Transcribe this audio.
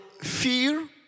fear